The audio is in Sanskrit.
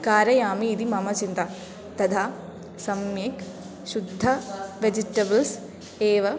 कारयामि इति मम चिन्ता तथा सम्यक् शुद्ध वेजिटेबल्स् एव